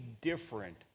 different